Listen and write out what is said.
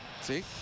See